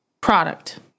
product